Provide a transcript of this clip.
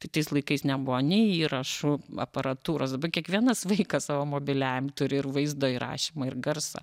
tai tais laikais nebuvo nei įrašų aparatūros daba kiekvienas vaikas savo mobiliajam turi ir vaizdo įrašymą ir garsą